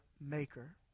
maker